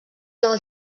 del